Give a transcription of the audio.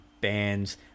bands